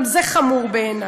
גם זה חמור בעיני.